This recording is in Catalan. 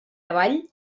avall